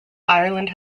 ireland